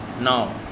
now